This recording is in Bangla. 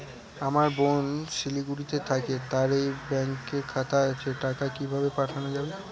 আমার বোন শিলিগুড়িতে থাকে তার এই ব্যঙকের খাতা আছে টাকা কি ভাবে পাঠানো যাবে?